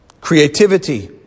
creativity